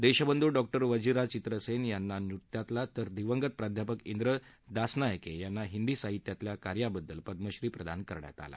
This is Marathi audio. देशबंध् डॉक्टर वजीरा चित्रसेना यांना नृत्यातल्या तर दिवंगत प्राध्यापक इंद्र दसनायके यांना हिंदी साहित्यातल्या कार्याबद्दल पद्मश्री प्रदान करण्यात आला